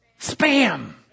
Spam